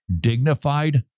dignified